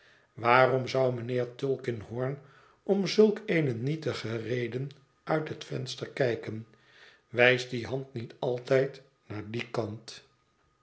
waarom zou mijnheer tulkinghorn om zulk eene nietige reden uit het venster kijken wijst die hand niet altijd naar dien kant